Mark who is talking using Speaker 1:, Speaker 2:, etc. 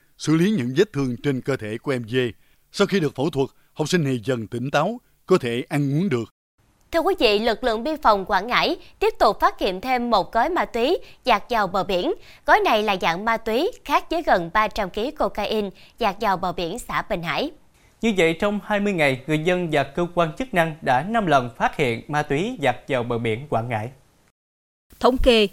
Speaker 1: xử lý những vết thương trên cơ thể của em G. Sau khi được phẫu thuật, học sinh này dần tỉnh táo, có thể ăn uống được.
Speaker 2: Thưa quý vị, lực lượng biên phòng Quảng Ngãi tiếp tục phát hiện thêm một gói ma túy dạt vào bờ biển. Gói này là dạng ma túy khác với gần 300 ký cocaine dạt vào bờ biển xã Bình Hải.
Speaker 3: Như vậy, trong 20 ngày, người dân và cơ quan chức năng đã năm lần phát hiện ma túy dạt vào bờ biển Quảng Ngãi.
Speaker 4: Thống kê,